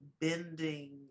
bending